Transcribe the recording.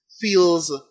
feels